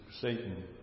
Satan